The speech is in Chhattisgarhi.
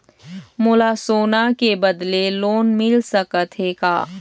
मोला सोना के बदले लोन मिल सकथे का?